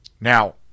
Now